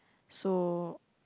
so